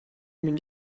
минь